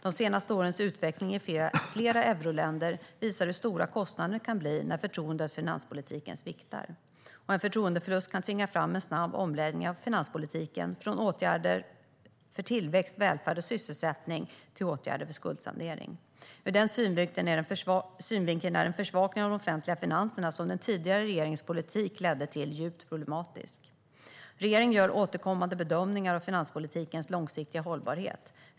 De senaste årens utveckling i flera euroländer visar hur stora kostnaderna kan bli när förtroendet för finanspolitiken sviktar. En förtroendeförlust kan tvinga fram en snabb omläggning av finanspolitiken, från åtgärder för tillväxt, välfärd och sysselsättning till åtgärder för skuldsanering. Ur den synvinkeln är den försvagning av de offentliga finanserna som den tidigare regeringens politik ledde till djupt problematisk. Regeringen gör återkommande bedömningar av finanspolitikens långsiktiga hållbarhet.